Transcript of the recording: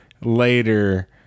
later